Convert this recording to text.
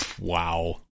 Wow